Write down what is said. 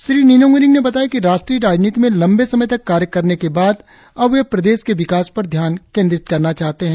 श्री निनोंग इरिंग ने बताया कि राष्ट्रीय राजनीति में लंबे समय तक कार्य करने के बाद अब वे प्रदेश के विकास पर ध्यान केंद्रित करना चाहते है